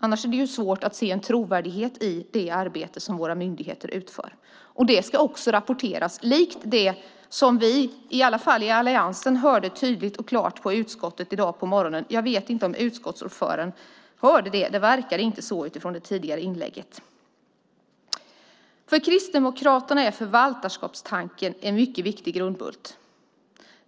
Annars är det svårt att se en trovärdighet i det arbete som våra myndigheter utför. Det ska också rapporteras, likt det som i alla fall vi i alliansen hörde tydligt och klart på utskottet i morse. Jag vet inte om utskottsordföranden hörde det, men det verkar inte så att döma av det tidigare inlägget. För Kristdemokraterna är förvaltarskapstanken en viktig grundbult.